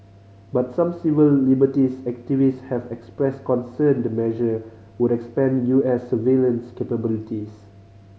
but some civil liberties activists have expressed concern the measure would expand U S surveillance capabilities